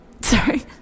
Sorry